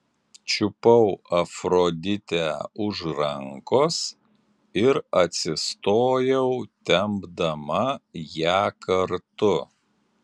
čiupau afroditę už rankos ir atsistojau tempdama ją kartu